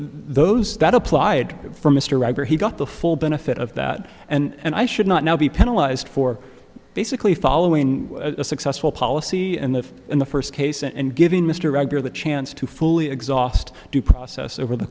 those that applied for mr robert he got the full benefit of that and i should not now be penalize for basically following a successful policy and the in the first case and giving mr regular the chance to fully exhaust due process over the